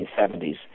1970s